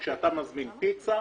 כשאתה מזמין פיצה,